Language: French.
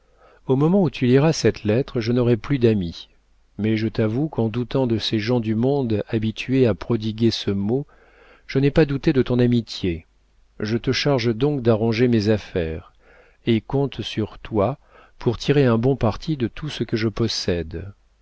au moment où tu liras cette lettre je n'aurai plus d'amis mais je t'avoue qu'en doutant de ces gens du monde habitués à prodiguer ce mot je n'ai pas douté de ton amitié je te charge donc d'arranger mes affaires et compte sur toi pour tirer un bon parti de tout ce que je possède